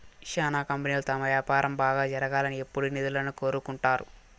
శ్యానా కంపెనీలు తమ వ్యాపారం బాగా జరగాలని ఎప్పుడూ నిధులను కోరుకుంటారు